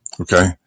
okay